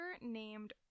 named